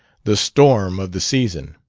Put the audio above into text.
the storm of the season.